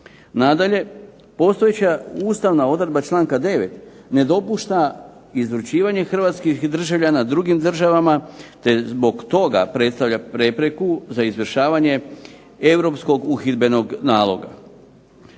Nadalje, postojeća ustavna odredba članka 9. ne dopušta izručivanje hrvatskih državljana drugim državama, te zbog toga predstavlja prepreku za izvršavanje europskog uhidbenog naloga.